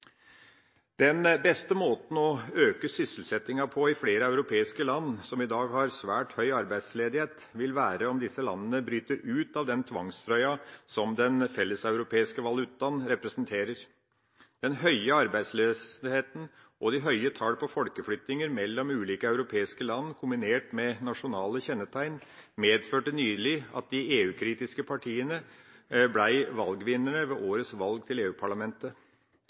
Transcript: Den beste måten å øke sysselsettinga på i flere europeiske land som i dag har svært høy arbeidsledighet, vil være at disse landene bryter ut av den tvangstrøya som den felleseuropeiske valutaen representerer. Den høye arbeidsløsheten og det høye antall folkeflyttinger mellom ulike europeiske land, kombinert med nasjonale kjennetegn, medførte nylig at de EU-kritiske partiene ble valgvinnere ved årets valg til